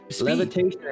levitation